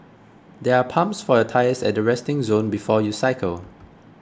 there are pumps for your tyres at the resting zone before you cycle